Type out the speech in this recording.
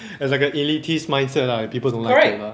there's like elitist mindset lah people don't like it lah